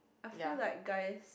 I feel like guys